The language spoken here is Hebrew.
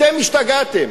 אתם השתגעתם.